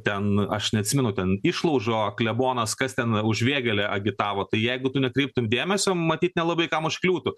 ten aš neatsimenu ten išlaužo klebonas kas ten už vėgėlę agitavo tai jeigu tu nekreiptum dėmesio matyt nelabai kam užkliūtų